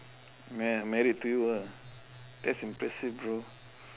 mar~ married to you ah that's impressive bro